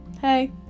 hey